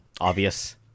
obvious